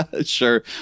Sure